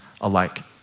alike